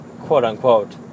quote-unquote